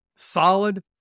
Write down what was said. Solid